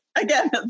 again